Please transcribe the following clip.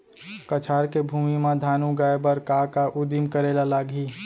कछार के भूमि मा धान उगाए बर का का उदिम करे ला लागही?